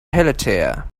pelletier